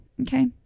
Okay